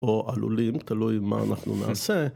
או עלולים, תלוי מה אנחנו נעשה.